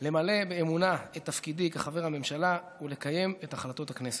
למלא באמונה את תפקידי כחבר הממשלה ולקיים את החלטות הכנסת.